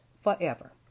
forever